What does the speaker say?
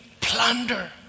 plunder